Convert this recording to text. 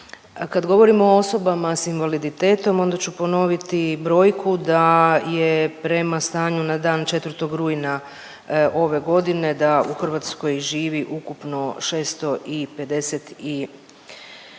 Kad govorimo o osobama s invaliditetom, onda ću ponoviti brojku da je prema stanju na dan 4. rujna ove godine, da u Hrvatskoj živi ukupno 657 791